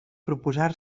proposar